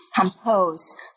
compose